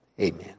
Amen